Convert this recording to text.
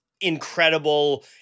incredible